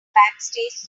backstage